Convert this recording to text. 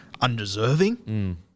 undeserving